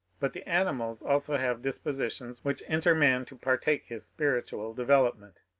but the animals also have dispositions which enter man to partake his spiritual development,